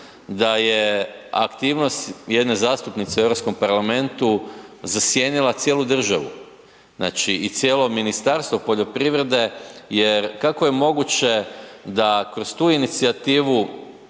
da je aktivnost jedne zastupnice u Europskom parlamentu zasjenila cijelu državu. Znači i cijelo Ministarstvo poljoprivrede jer kako je moguće da kroz tu inicijativu